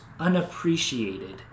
unappreciated